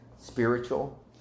spiritual